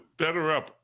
BetterUp